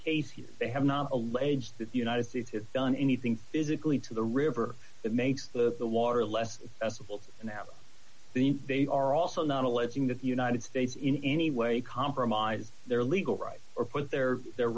case here they have not alleged that the united states has done anything physically to the river that makes the the water less civil and now i think they are also not alleging that the united states in any way compromised their legal rights or put their their